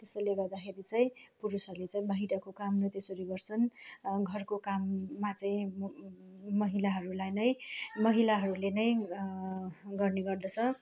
त्यसैले गर्दाखेरि चाहिँ पुरुषहरूले चाहिँ बाहिरको कामलाई त्यसरी गर्छन् घरको काममा चाहिँ महिलाहरूलाई नै महिलाहरूले नै गर्ने गर्दछ